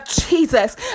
Jesus